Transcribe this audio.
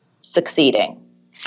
succeeding